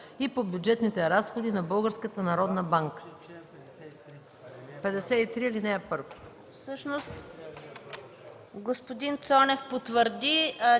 и по бюджетните разходи на